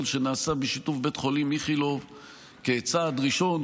שנעשה בשיתוף בית חולים איכילוב כצעד ראשון.